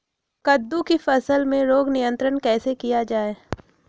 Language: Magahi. कददु की फसल में रोग नियंत्रण कैसे किया जाए?